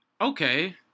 Okay